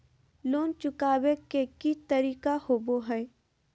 Loan चुकाबे के की तरीका होबो हइ?